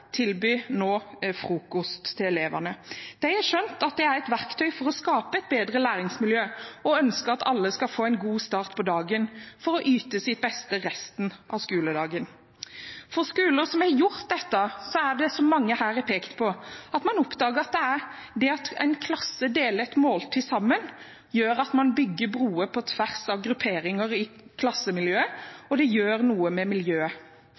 et verktøy for å skape et bedre læringsmiljø, og ønsker at alle skal få en god start på dagen for å yte sitt beste resten av skoledagen. For skoler som har gjort dette, er det som mange her har pekt på: Man oppdager at det at en klasse deler et måltid sammen, gjør at man bygger broer på tvers av grupperinger i klassemiljøet, og det gjør noe med miljøet.